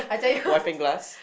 wiping glass